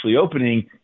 opening